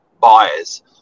buyers